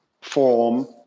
form